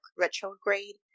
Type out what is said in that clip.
retrograde